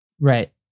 right